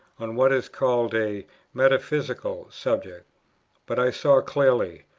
on what is called a metaphysical subject but i saw clearly,